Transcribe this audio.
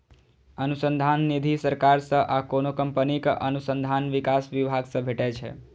अनुसंधान निधि सरकार सं आ कोनो कंपनीक अनुसंधान विकास विभाग सं भेटै छै